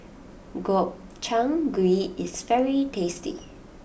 Gobchang Gui is very tasty